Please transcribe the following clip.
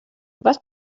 was